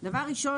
ראשית,